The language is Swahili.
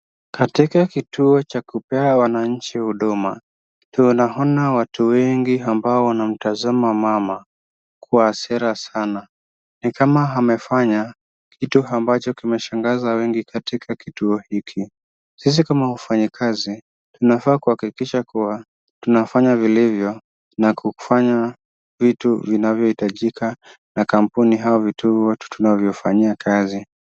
Katika kituo cha kupea wanainchi huduma. Tunaona watu wengi ambao wanamtazama mama kwa hasira sana ni kama amefanya kitu ambacho kimeshangaza wengi katika kituo hiki. Sisi kama wafanyikasi tunafaa kuhakikisha kuwa tunafanya vilivyo na kufanya vitu vinavyo itajika na kampuni havi tu vituo tunavyofanyia kasi